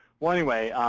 well, anyway,